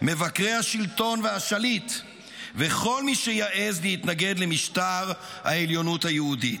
מבקרי השלטון והשליט וכל מי שיעז להתנגד למשטר העליונות היהודית.